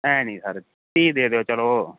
ਐਂ ਨੀ ਸਰ ਤੀਹ ਦੇ ਦਿਓ ਚਲੋ